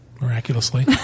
Miraculously